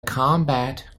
combat